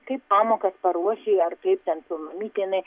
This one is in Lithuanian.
kaip pamokas paruošei ar kaip ten su mamyte jinai